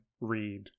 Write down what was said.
read